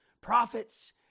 prophets